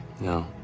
No